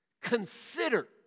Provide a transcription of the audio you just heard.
Consider